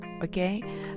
Okay